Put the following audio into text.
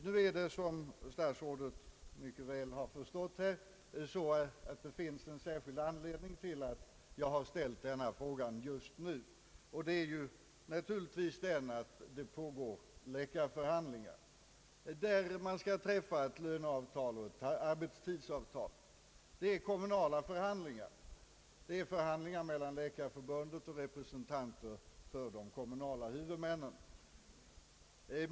Nu finns det, som statsrådet mycket väl har förstått, en särskild anledning till att jag har ställt denna fråga just nu, nämligen de pågående läkarförhandlingarna, där ett löneavtal och ett arbetstidsavtal skall träffas. Det är kommunala förhandlingar mellan Läkarförbundet och representanter för de kommunala huvudmännen.